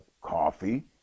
coffee